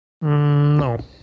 No